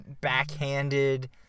backhanded